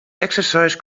exercises